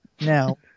Now